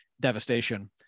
devastation